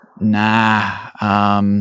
Nah